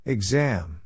Exam